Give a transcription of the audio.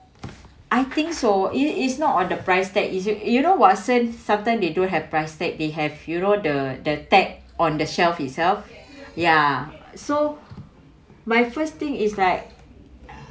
I think so it is not on the price tag is you you know watson sometime they don't have price tag they have you know the the tag on the shelf itself ya so my first thing is like